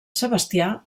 sebastià